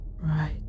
Right